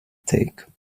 take